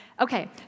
Okay